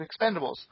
Expendables